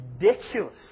ridiculous